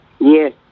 Yes